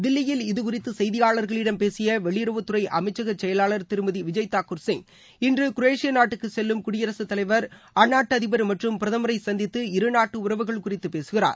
தில்லியில் இது குறித்து செய்தியாளர்களிடம் பேசிய வெளியுறவுத்துறை அமைச்சக செயலாளர் திருமதி விஜய் தாக்கூர் சிங் இன்று குரேஷிய நாட்டுக்கு செல்லும் குடியரசுத் தலைவர் அந்நாட்டு அதிபர் மற்றும் பிரதமரை சந்தித்து இரு நாட்டு உறவுகள் குறித்து பேசுகிறார்